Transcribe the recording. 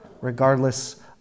regardless